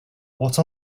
what